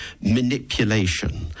manipulation